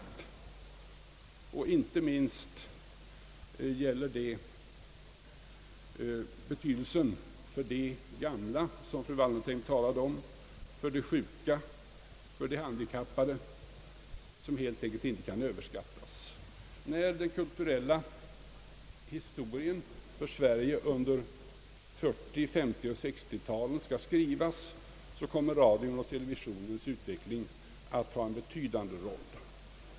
Detta gäller inte minst den betydelse de har för de gamla, som fru Wallentheim talade om, för de sjuka, för de handikappade. Den betydelsen kan helt enkelt inte överskattas. När den kulturella historien för Sverige under 1940-, 1950 och 1960-talen skall skrivas kommer radions och televisionens utveckling att spela en betydande roll.